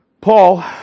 Paul